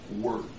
work